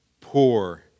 poor